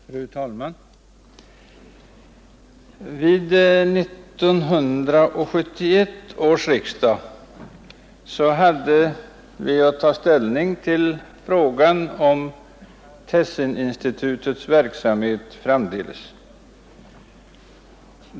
Fru talman! Vid 1971 års riksdag hade vi att ta ställning till frågan om Tessininstitutets verksamhet framdeles.